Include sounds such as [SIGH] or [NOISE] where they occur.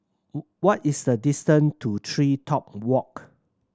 [UNINTELLIGIBLE] what is the distance to TreeTop Walk